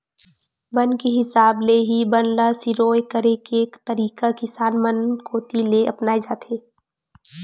बन के हिसाब ले ही बन ल सिरोय करे के तरीका किसान मन कोती ले अपनाए जाथे